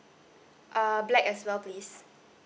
uh black as well please